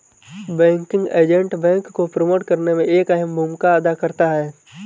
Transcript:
banking agent bank को promote करने में एक अहम भूमिका अदा करता है